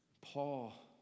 Paul